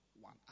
one